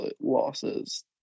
losses